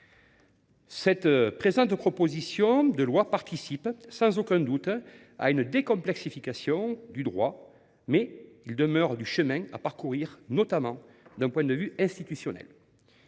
La présente proposition de loi participe sans aucun doute à une décomplexification du droit, mais il y a encore du chemin à parcourir, notamment d’un point de vue institutionnel.